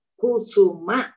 kusuma